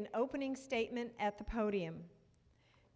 an opening statement at the podium